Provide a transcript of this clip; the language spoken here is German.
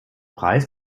preis